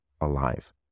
alive